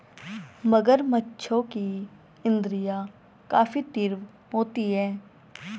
मगरमच्छों की इंद्रियाँ काफी तीव्र होती हैं